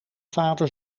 vader